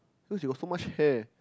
cause you got so much hair